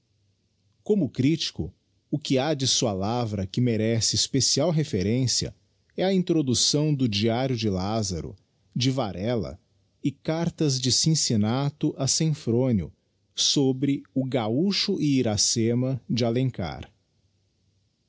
como critico o que ha de sua lavra que merece especial referen cia é a introducçâo do diário de lazaro de varella e cartas de cinctna to a semfronio sobre o gancho e iracema de alencar